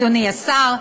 אדוני השר,